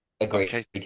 Agreed